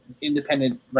independent